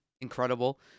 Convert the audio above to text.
incredible